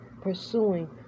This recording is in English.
pursuing